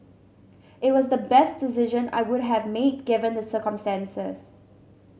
it was the best decision I would have made given the circumstances